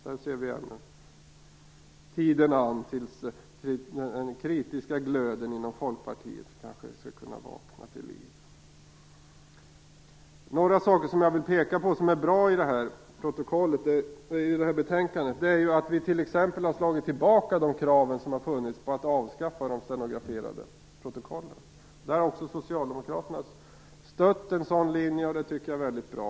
Där ser vi ännu tiden an, innan den kritiska glöden inom Folkpartiet kanske skall kunna vakna till liv. En sak som är bra i betänkandet är att vi ha slagit tillbaka de krav som har funnits på att avskaffa de stenograferade protokollen. Socialdemokraterna har också stött den linjen, vilket är bra.